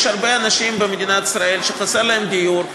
יש הרבה אנשים במדינת ישראל שחסר להם דיור.